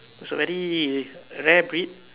it was a very rare breed